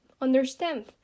understand